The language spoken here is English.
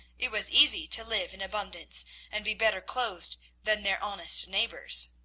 it was easy to live in abundance and be better clothed than their honest neighbours.